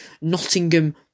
Nottingham